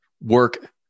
work